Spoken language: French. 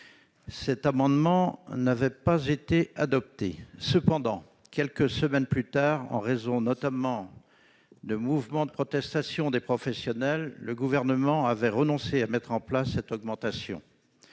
Cet amendement n'avait pas été adopté. Cependant, quelques semaines plus tard, en raison notamment de mouvements de protestation des professionnels, le Gouvernement avait renoncé à mettre en place cette augmentation.